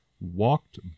Walked